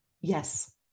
Yes